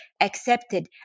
accepted